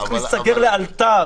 צריך להיסגר לאלתר,